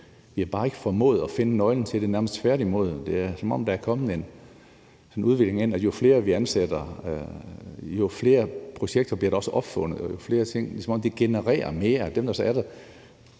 Vi har bare ikke formået at finde nøglen til det, nærmest tværtimod. Det er, som om der er kommet en udvikling hen imod, at jo flere vi ansætter, jo flere projekter bliver der også opfundet. Det er, som om det genererer mere.